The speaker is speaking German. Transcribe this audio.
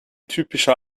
typischer